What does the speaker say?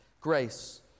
grace